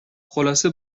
خلاصه